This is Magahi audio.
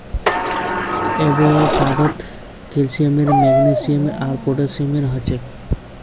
एवोकाडोत कैल्शियम मैग्नीशियम आर पोटेशियम हछेक